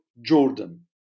Jordan